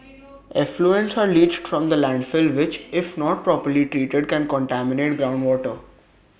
effluents are leached from the landfill which if not properly treated can contaminate groundwater